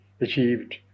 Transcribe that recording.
achieved